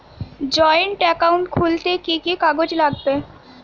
Joint account খুলতে কি কি কাগজ লাগবে?